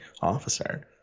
officer